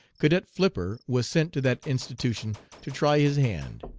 cadet flipper was sent to that institution to try his hand.